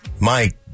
Mike